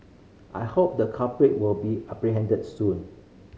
I hope the culprit will be apprehended soon